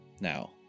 Now